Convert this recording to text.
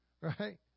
Right